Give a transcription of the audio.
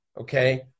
okay